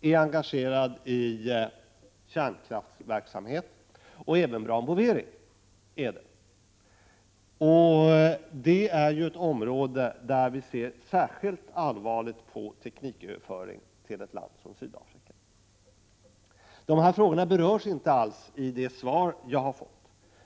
är engagerat i kärnkraftverksamhet, vilket även Brown Boveri är. Det är ju ett område där vi ser särskilt allvarligt på tekniköverföring till ett land som Sydafrika. Dessa frågor berörs inte alls i det svar jag fått.